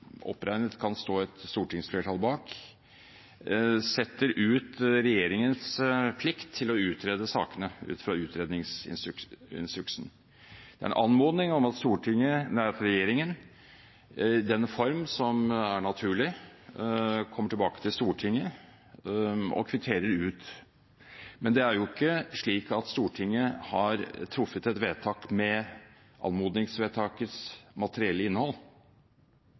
oppregnet kan stå et stortingsflertall bak, setter ut regjeringens plikt til å utrede sakene, ut fra utredningsinstruksen. Det er en anmodning om at regjeringen, i den form som er naturlig, kommer tilbake til Stortinget og kvitterer ut, men det er jo ikke slik at Stortinget har truffet et vedtak med anmodningsvedtakets materielle innhold.